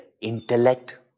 intellect